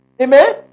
Amen